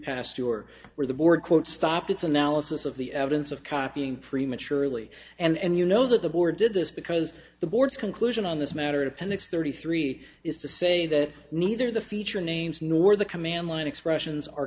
tour where the board quote stop its analysis of the evidence of copying prematurely and you know that the board did this because the boards conclusion on this matter appendix thirty three is to say that neither the feature names nor the command line expressions are